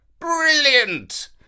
Brilliant